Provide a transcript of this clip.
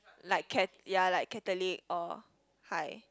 like cat~ ya like Catholic or High